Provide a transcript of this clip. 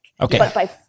Okay